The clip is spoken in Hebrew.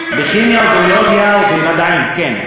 לא רוצים לתת לנו, בכימיה וביולוגיה ומדעים, כן.